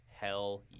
Hell